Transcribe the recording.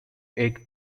egg